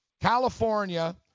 California